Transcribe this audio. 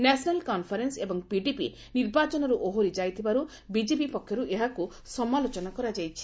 national Conference ଏବଂ PDP ନିର୍ବାଚନର୍ ଓହରି ଯାଇଥିବାରୁ ବିଜେପି ପକ୍ଷରୁ ଏହାକୁ ସମାଲୋଚନା କରାଯାଇଛି